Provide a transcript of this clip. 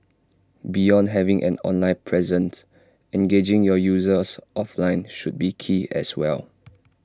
beyond having an online present engaging your users offline should be key as well